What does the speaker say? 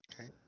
okay